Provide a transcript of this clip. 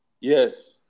Yes